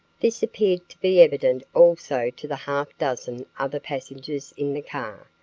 this appeared to be evident also to the half-dozen other passengers in the car,